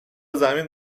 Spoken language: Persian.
زمین